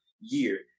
year